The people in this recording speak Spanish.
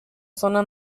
zona